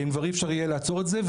כבר אי אפשר יהיה לעצור את זה.